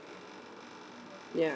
ya